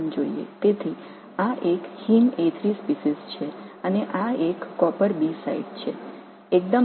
எனவே இது ஒரு ஹீம் a3 இனமாக இருக்கும் இது ஒரு காப்பர் B தளம்